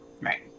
right